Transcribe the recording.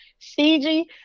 -CG